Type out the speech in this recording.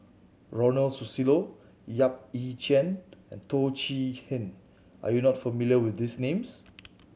Ronald Susilo Yap Ee Chian and Teo Chee Hean are you not familiar with these names